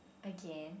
again